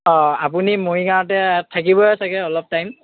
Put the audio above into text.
অ আপুনি মৰিগাঁৱতে থাকিবই চাগৈ অলপ টাইম